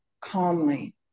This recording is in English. calmly